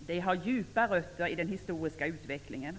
De har djupa rötter i den historiska utvecklingen.